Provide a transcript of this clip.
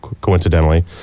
coincidentally